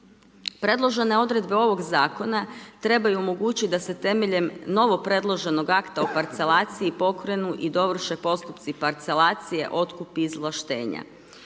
Predložene odredbe ovog zakona trebaju omogućiti da se temeljem novopredloženog akta o parcelaciji pokrenu i dovrše postupci parcelacije, otkup i izvlaštenja.